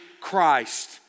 Christ